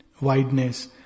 wideness